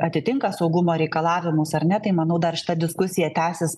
atitinka saugumo reikalavimus ar ne tai manau dar šita diskusija tęsis